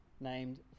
named